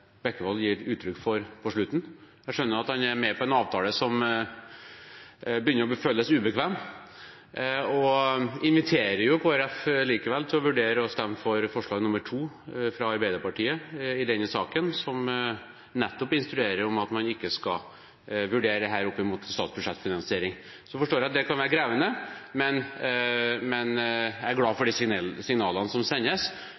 Bekkevold gir uttrykk for på slutten. Jeg skjønner at han er med på en avtale som begynner å føles ubekvem. Jeg inviterer likevel Kristelig Folkeparti til å stemme for forslag nr. 2 i denne saken, fra Arbeiderpartiet, som nettopp instruerer at man ikke skal vurdere dette opp mot statsbudsjettfinansiering. Jeg forstår at det kan være krevende, men jeg er glad for